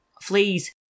fleas